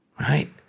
Right